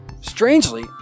Strangely